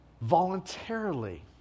voluntarily